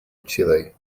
chile